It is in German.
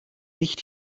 nicht